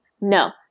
No